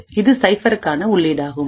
இது சைஃப்பருக்கான உள்ளீடாகும்